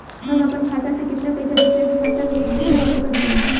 हम अपना खाता से केतना पैसा दोसरा के खाता मे एक बार मे भेज सकत बानी?